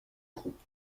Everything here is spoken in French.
groupe